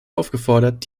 aufgefordert